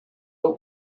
hau